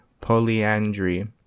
polyandry